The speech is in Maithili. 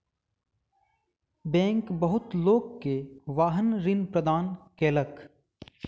बैंक बहुत लोक के वाहन ऋण प्रदान केलक